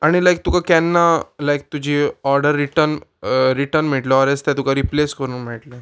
आनी लायक तुका केन्ना लायक तुजी ऑर्डर रिटन रिटर्न मेळटली ऑर एस तें तुका रिप्लेस करूंक मेळटले